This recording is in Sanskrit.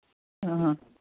हा